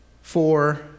four